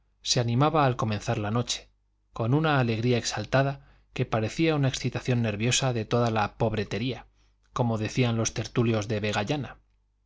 se animaba al comenzar la noche con una alegría exaltada que parecía una excitación nerviosa de toda la pobretería como decían los tertulios de vegallana era la